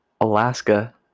Alaska